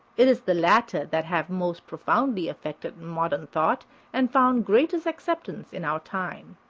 it is the latter that have most profoundly affected modern thought and found greatest acceptance in our time.